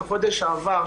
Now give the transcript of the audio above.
בחודש שעבר,